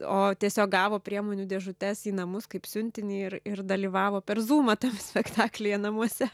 o tiesiog gavo priemonių dėžutes į namus kaip siuntinį ir ir dalyvavo per zumą tam spektaklyje namuose